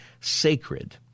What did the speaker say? sacred –